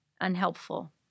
unhelpful